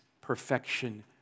perfection